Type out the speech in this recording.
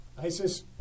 Isis